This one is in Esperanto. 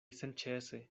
senĉese